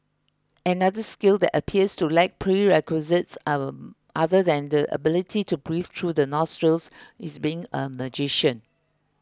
another skill that appears to lack prerequisites other than the ability to breathe through the nostrils is being a magician